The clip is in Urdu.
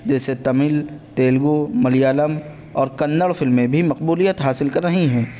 جیسے تمل تیلگو ملیالم اور کنڑ فلمیں بھی مقبولیت حاصل کر رہی ہیں